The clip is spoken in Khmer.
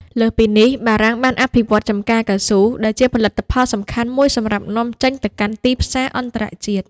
លើសពីនេះ បារាំងបានអភិវឌ្ឍន៍ចម្ការកៅស៊ូ ដែលជាផលិតផលសំខាន់មួយសម្រាប់នាំចេញទៅកាន់ទីផ្សារអន្តរជាតិ។